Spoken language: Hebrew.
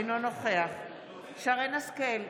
אינו נוכח שרן מרים השכל,